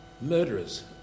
Murderers